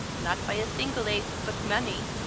not by a single aith, but mony.